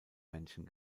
menschen